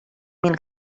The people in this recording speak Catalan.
mil